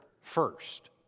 first